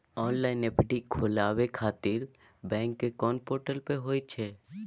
Online FD खोलाबय खातिर bank के कोन पोर्टल पर होए छै?